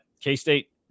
K-State